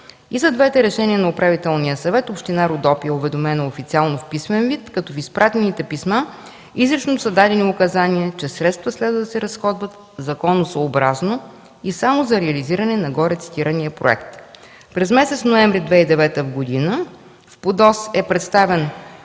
И за двете решения на Управителния съвет община Родопи официално е уведомена в писмен вид, като с изпратените писма изрично са дадени указания, че средствата трябва да се разходват законосъобразно и само за реализиране на горецитирания проект. През месец ноември 2009 г. в ПУДООС е представен